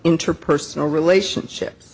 interpersonal relationships